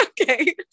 Okay